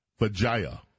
Vajaya